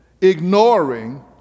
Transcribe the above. ignoring